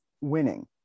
winning